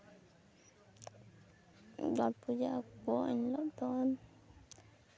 ᱜᱚᱴ ᱯᱩᱡᱟᱹᱜᱼᱟᱠᱚ ᱮᱱ ᱦᱤᱞᱳᱜ ᱫᱚ